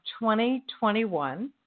2021